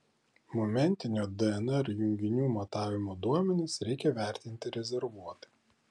momentinio dnr junginių matavimo duomenis reikia vertinti rezervuotai